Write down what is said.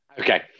Okay